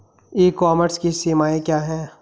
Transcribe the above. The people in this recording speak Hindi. ई कॉमर्स की सीमाएं क्या हैं?